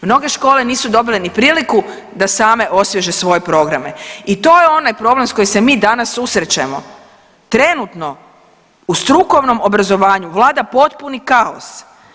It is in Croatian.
Mnoge škole nisu dobile ni priliku da same osvježe svoje programe i to je onaj problem s kojim se mi danas susrećemo, trenutno u strukovnom obrazovanju vlada potpuni kaos.